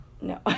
no